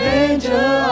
angel